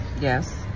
Yes